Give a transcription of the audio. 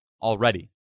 already